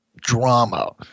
drama